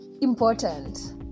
important